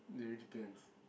it really depends